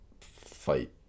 fight